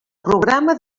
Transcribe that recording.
programa